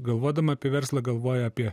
galvodama apie verslą galvoja apie